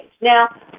Now